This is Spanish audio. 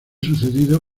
sucedido